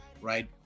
right